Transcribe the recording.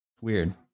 weird